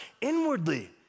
Inwardly